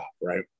right